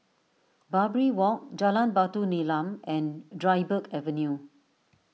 Barbary Walk Jalan Batu Nilam and Dryburgh Avenue